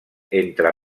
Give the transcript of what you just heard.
entre